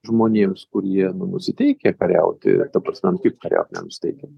žmonėms kurie nusiteikę kariauti ta prasme nu kaip kariaut nenusiteikę